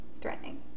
Threatening